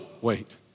wait